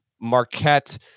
Marquette